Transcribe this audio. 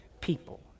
people